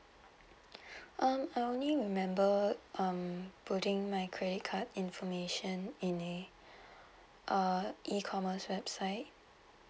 um I only remember um putting my credit card information in a uh E commerce website